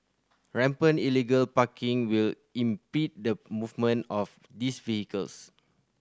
rampant illegal parking will impede the movement of these vehicles